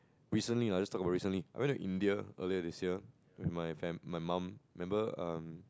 recently lah let's talk about recently I went to India earlier this year with my fam~ my mum remember um